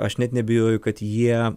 aš net neabejoju kad jie